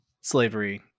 slavery